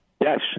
Yes